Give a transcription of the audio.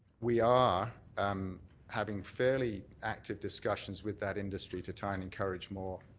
we are um having fairly active discussions with that industry to try and encourage more